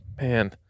man